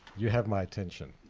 you have my attention.